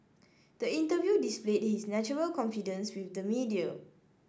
the interview displayed his natural confidence with the media